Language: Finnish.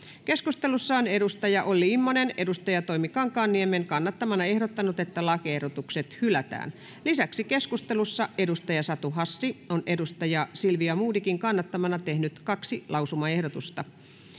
keskustelussa on olli immonen toimi kankaanniemen kannattamana ehdottanut että lakiehdotukset hylätään lisäksi keskustelussa satu hassi on silvia modigin kannattamana tehnyt kaksi lausumaehdotusta